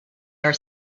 are